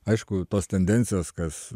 aišku tos tendencijos kas